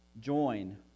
Join